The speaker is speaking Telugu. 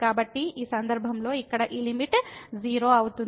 కాబట్టి ఈ సందర్భంలో ఇక్కడ ఈ లిమిట్ 0 అవుతుంది